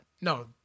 No